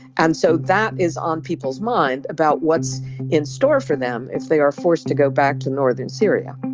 and so that is on people's mind about what's in store for them if they are forced to go back to northern syria